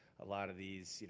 a lot of these,